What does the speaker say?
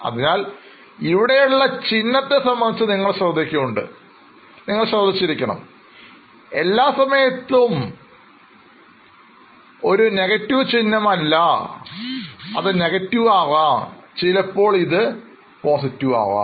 അതിനാൽ ഇവിടെയുള്ള ചിഹ്നത്തെ കുറിച്ച് നിങ്ങൾ ശ്രദ്ധിക്കേണ്ടതുണ്ട് ഇത് എല്ലായ്പ്പോഴും ഒരു നെഗറ്റീവ് ചിഹ്നം അല്ല അത് നെഗറ്റീവ് ആകാം ചിലപ്പോൾ ഇത് പോസിറ്റീവ് ആകാം